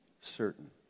certain